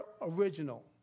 original